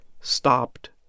stopped